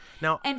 Now-